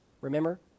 Remember